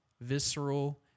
visceral